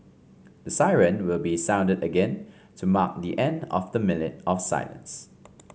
the siren will be sounded again to mark the end of the minute of silence